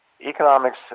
economics